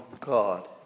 God